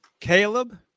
Caleb